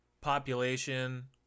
population